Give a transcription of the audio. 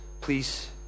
please